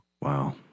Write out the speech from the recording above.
Wow